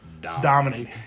dominate